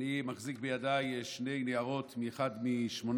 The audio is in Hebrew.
אני מחזיק בידיי שני ניירות, אחד משמונת,